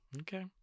Okay